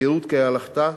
"תיירות כהלכתה",